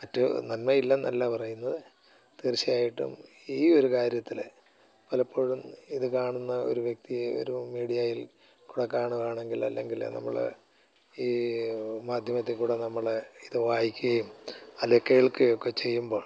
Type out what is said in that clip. മറ്റു നന്മയില്ലെന്നല്ല പറയുന്നത് തീർച്ചയായിട്ടും ഈയൊരു കാര്യത്തിൽ പലപ്പോഴും ഇത് കാണുന്ന ഒരു വ്യക്തിയെ ഒരു മീഡിയയിൽ കൂടെ കാണുകയാണെങ്കിൽ അല്ലെങ്കിൽ നമ്മൾ ഈ മാധ്യമത്തിൽക്കൂടെ നമ്മൾ ഇത് വായിക്കുകയും അല്ലേൽ കേൾക്കുകയൊക്കെ ചെയ്യുമ്പോൾ